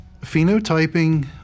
Phenotyping